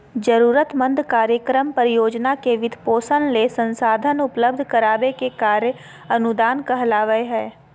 जरूरतमंद कार्यक्रम, परियोजना के वित्तपोषण ले संसाधन उपलब्ध कराबे के कार्य अनुदान कहलावय हय